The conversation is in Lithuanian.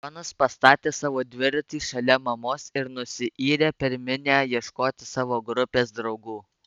jonas pastatė savo dviratį šalia mamos ir nusiyrė per minią ieškoti savo grupės draugų